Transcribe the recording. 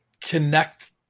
connect